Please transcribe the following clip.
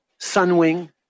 Sunwing